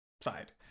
side